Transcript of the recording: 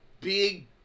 big